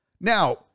now